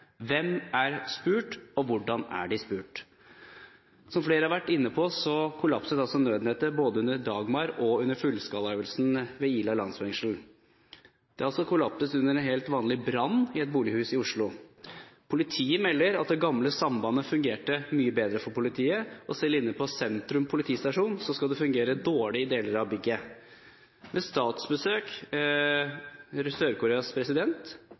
Hvem er spurt, og hvordan er de spurt? Som flere har vært inne på, kollapset nødnettet både under Dagmar og under fullskalaøvelsen ved Ila landsfengsel. Det har også kollapset under en helt vanlig brann i et bolighus i Oslo. Politiet melder at det gamle sambandet fungerte mye bedre for politiet. Selv inne på Sentrum politistasjon skal det fungere dårlig i deler av bygget. Ved statsbesøket til Sør-Koreas president